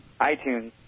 iTunes